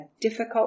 difficult